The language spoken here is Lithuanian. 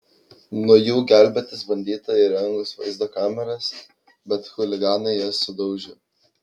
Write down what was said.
nuo jų gelbėtis bandyta įrengus vaizdo kameras bet chuliganai jas sudaužė